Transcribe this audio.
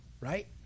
right